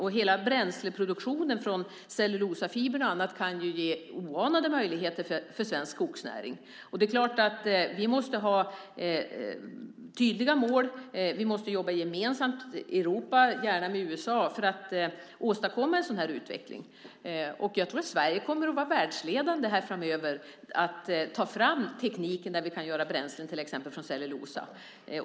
Hela bränsleproduktionen från cellulosafibrer och annat kan ju ge oanade möjligheter för svensk skogsnäring. Vi måste ha tydliga mål, och vi måste jobba gemensamt i Europa, gärna med USA, för att åstadkomma en sådan här utveckling. Jag tror att Sverige kommer att vara världsledande här framöver i att ta fram teknik för att till exempel göra bränslen från cellulosa.